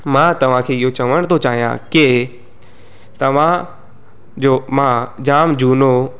मां तव्हांखे इहो चवणु थो चाहियां की तव्हां जो मां जामु झूनो